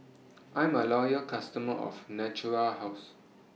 I'm A Loyal customer of Natura House